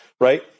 right